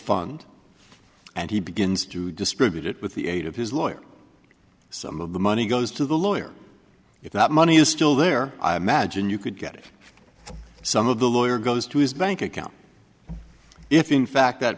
fund and he begins to distribute it with the aid of his lawyer some of the money goes to the lawyer if that money is still there i imagine you could get it some of the lawyer goes to his bank account if in fact that